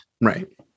Right